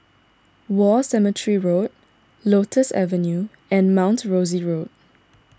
War Cemetery Road Lotus Avenue and Mount Rosie Road